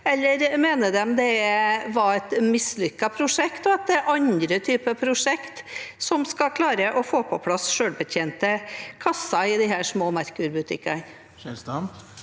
eller mener de det var et mislykket prosjekt, og at det er andre typer prosjekter som skal klare å få på plass selvbetjente kasser i disse små Merkur-butikkene?